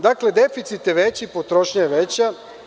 Dakle, deficit je veći, potrošnja je veća.